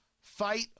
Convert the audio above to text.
Fight